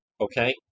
Okay